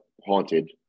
haunted